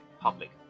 public